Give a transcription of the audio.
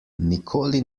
nikoli